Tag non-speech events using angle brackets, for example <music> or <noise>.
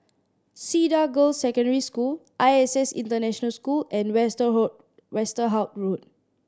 Cedar Girls' Secondary School I S S International School and <unintelligible> Westerhout Road